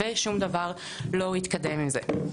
ושום דבר לא התקדם עם זה.